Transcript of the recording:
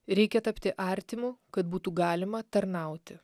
reikia tapti artimu kad būtų galima tarnauti